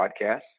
podcast